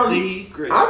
secret